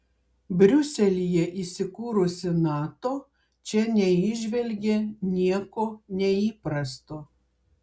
briuselyje įsikūrusi nato čia neįžvelgė nieko neįprasto